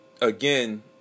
again